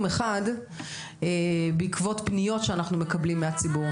אחד בעקבות פניות שאנחנו מקבלים מהציבור.